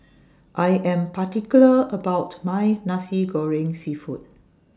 I Am particular about My Nasi Goreng Seafood